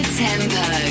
tempo